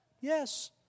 Yes